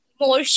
more